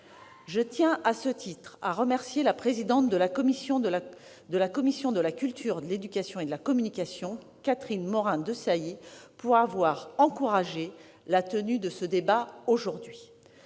Je tiens, à ce titre, à remercier la présidente de la commission de la culture, de l'éducation et de la communication, Catherine Morin-Desailly, d'avoir encouragé la tenue de ce débat aujourd'hui.